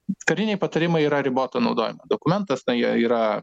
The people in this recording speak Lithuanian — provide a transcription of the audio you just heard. kariniai patarimai yra riboto naudojimo dokumentas na jie yra